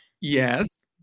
yes